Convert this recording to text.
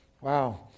wow